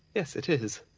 yes it is.